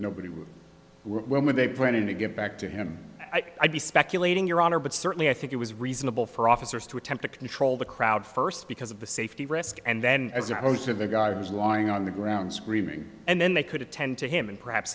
nobody move when they plan to get back to him i'd be speculating your honor but certainly i think it was reasonable for officers to attempt to control the crowd first because of the safety risk and then as opposed to the guy who's lying on the ground screaming and then they could attend to him and perhaps